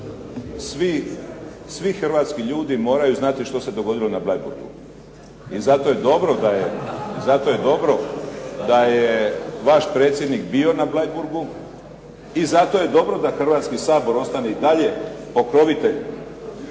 svi hrvatski ljudi moraju znati što se dogodilo na Bleiburgu i zato je dobro da je, i zato je dobro da je vaš predsjednik bio na Bleiburgu i zato je dobro da Hrvatski sabor ostane i dalje pokrovitelj